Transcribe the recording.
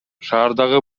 шаардагы